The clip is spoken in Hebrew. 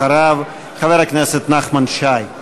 אחריו, חבר הכנסת נחמן שי.